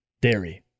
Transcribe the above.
dairy